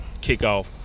kickoff